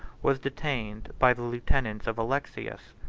was detained by the lieutenants of alexius.